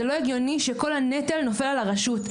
הגיוני שכל הנטל נופל על הרשות,